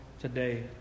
today